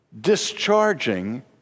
discharging